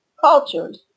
cultures